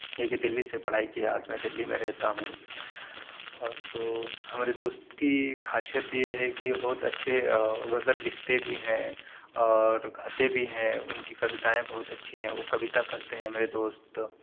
یہ کہ دلّی سے پڑھائی کیا آج میں دلی میں رہتا ہوں اور وہ ہمارے دوست کی خاصیت یہ ہے کہ بہت اچھے غزل لکھتے بھی ہیں اور گاتے بھی ہیں ان کی کویتائیں بہت اچھی ہیں وہ کویتا کرتے ہیں میرے دوست